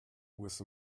with